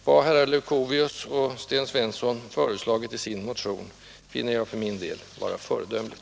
Vad herrar Leuchovius och Sten Svensson föreslagit i sin motion finner jag för min del föredömligt.